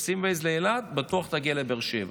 שים Waze לאילת, בטוח תגיע לבאר שבע.